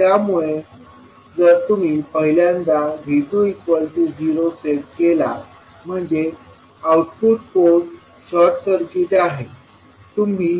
त्यामुळे जर तुम्ही पहिल्यांदा V20 सेट केला म्हणजे आउटपुट पोर्ट शॉर्ट सर्किट आहे तुम्ही